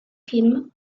film